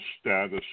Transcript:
status